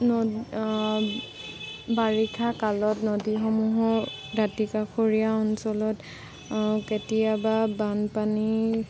নদী বাৰিষা কালত নদীসমূহৰ দাঁতিকাষৰীয়া অঞ্চলত কেতিয়াবা বানপানী